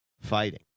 fighting